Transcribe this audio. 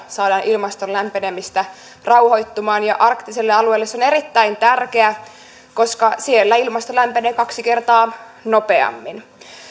saadaan ilmaston lämpenemistä rauhoittumaan nolla pilkku viisi astetta ja arktiselle alueelle se on erittäin tärkeää koska siellä ilmasto lämpenee kaksi kertaa nopeammin